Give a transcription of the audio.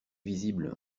visible